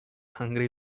hungry